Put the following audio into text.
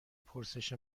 پرسش